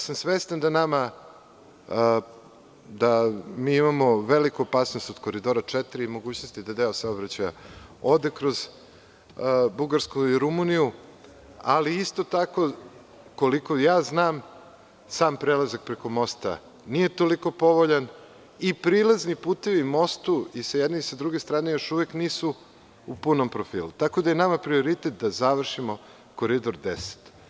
Svestan sam da mi imamo veliku opasnost od Koridora 4. i mogućnosti da deo saobraćaja ode kroz Bugarsku i Rumuniju Isto tako, koliko ja znam, sam prelazak preko mosta nije toliko povoljan i prilazni putevi mostu i sa jedne i sa druge strane još uvek nisu u punom profilu, tako da je nama prioritet da završimo Koridor 10.